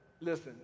Listen